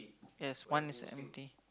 yes one is empty